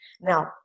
now